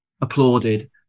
applauded